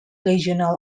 regional